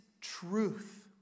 truth